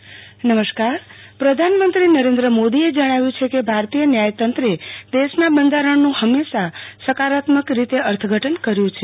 પ્રધાનમંત્રી વડીઅદાલત પ્રધાનમંત્રી નરેન્દ્ર મોદીએ જણાવ્યું છે કે ભારતીય ન્યાયતંત્રે દેશના બંધારણનું હંમેશા સકારાત્મક રીતે અર્થઘટનકર્યું છે